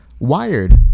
Wired